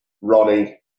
Ronnie